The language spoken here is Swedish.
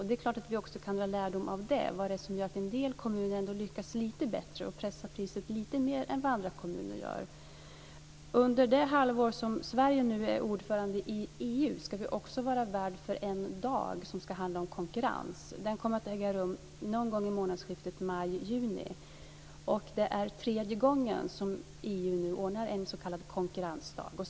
Det kan vi också dra lärdom av, vad det är som gör att en del kommuner lyckas pressa priset lite mer än andra kommuner. Under det halvår som Sverige är ordförande i EU ska vi också vara värd för en dag som handlar om konkurrens, någon gång i månadsskiftet maj/juni. Det är tredje gången som EU ordnar en s.k. konkurrensdag.